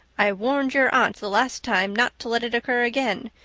i warned your aunt the last time not to let it occur again.